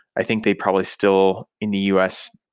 i think they probably still, in the u s.